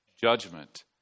judgment